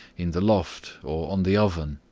in the loft or on the oven.